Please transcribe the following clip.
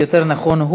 יותר נכון,